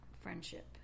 friendship